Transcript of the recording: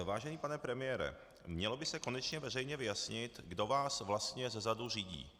Vážený pane premiére, mělo by se konečně veřejně vyjasnit, kdo vás vlastně zezadu řídí.